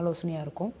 ஆலோசனையாக இருக்கும்